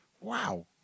Wow